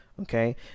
Okay